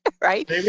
right